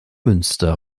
münster